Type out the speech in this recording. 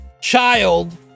child